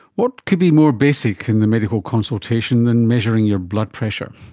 what could be more basic in the medical consultation than measuring your blood pressure?